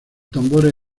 tambores